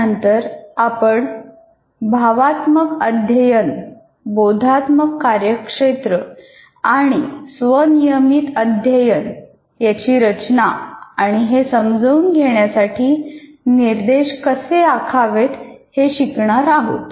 त्यानंतर आपण भावात्मक अध्ययन बोधात्मक कार्यक्षेत्र आणि स्व नियमित अध्ययन यांची रचना आणि हे समजून घेण्यासाठी निर्देश कसे आखावेत हे शिकणार आहोत